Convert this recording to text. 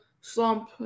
slump